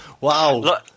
Wow